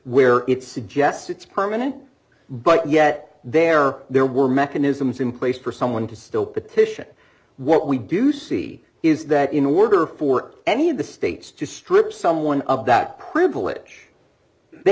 where it suggests it's permanent but yet there are there were mechanisms in place for someone to still petition what we do see is that in order for any of the states to strip someone of that privilege they